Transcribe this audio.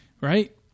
right